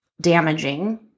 damaging